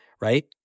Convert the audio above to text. right